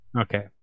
Okay